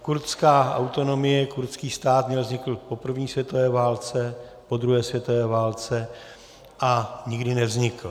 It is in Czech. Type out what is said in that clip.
Kurdská autonomie, kurdský stát měl vzniknout po první světové válce, po druhé světové válce, a nikdy nevznikl.